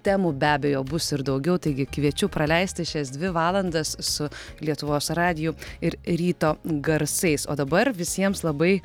temų be abejo bus ir daugiau taigi kviečiu praleisti šias dvi valandas su lietuvos radiju ir ryto garsais o dabar visiems labai